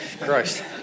Christ